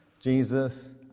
Jesus